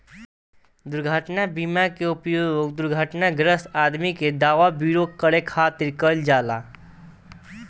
दुर्घटना बीमा के उपयोग दुर्घटनाग्रस्त आदमी के दवा विरो करे खातिर कईल जाला